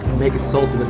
make it salty,